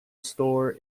store